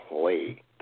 play